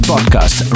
Podcast